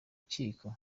rukiko